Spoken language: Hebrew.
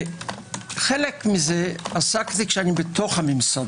חלק מזה עסקתי כשאני בתוך הממסד.